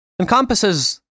encompasses